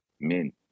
men